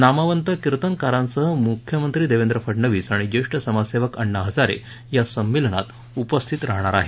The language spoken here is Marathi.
नामवंत कीर्तनकारांसह मुख्यमंत्री देवेंद्र फडणवीस आणि ज्येष्ठ समाजसेवक अण्णा हजारे या संमेलनात उपस्थित राहणार आहेत